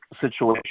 situation